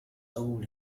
old